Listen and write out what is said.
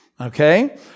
okay